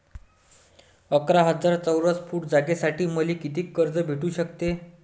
अकरा हजार चौरस फुट जागेसाठी मले कितीक कर्ज भेटू शकते?